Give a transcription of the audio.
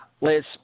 Liz